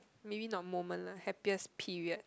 maybe the moment lah happiest period